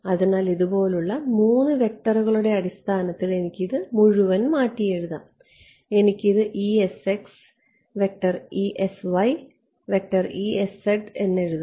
അതിനാൽ ഇതുപോലുള്ള 3 വെക്റ്ററുകളുടെ അടിസ്ഥാനത്തിൽ എനിക്ക് ഇത് മുഴുവൻ മാറ്റിയെഴുതാം എനിക്ക് ഇത് എന്ന് എഴുതാം